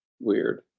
weird